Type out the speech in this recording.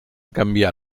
canviar